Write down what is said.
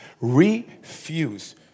refuse